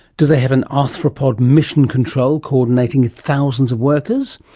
do they have an arthropod mission control coordinating thousands of workers?